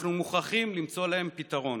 אנחנו מוכרחים למצוא להם פתרון.